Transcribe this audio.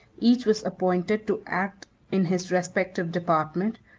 each was appointed to act in his respective department,